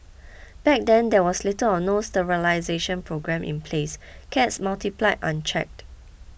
back then there was little or no sterilisation programme in place cats multiplied unchecked